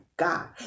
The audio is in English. God